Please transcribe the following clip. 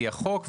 לפי החוק.